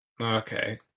Okay